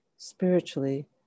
spiritually